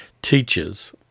teachers